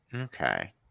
Okay